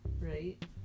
right